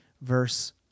verse